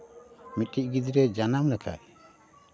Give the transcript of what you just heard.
ᱢᱤᱫᱴᱤᱱ ᱜᱤᱫᱽᱨᱟᱹᱭ ᱡᱟᱱᱟᱢ ᱞᱮᱱᱠᱷᱟᱱ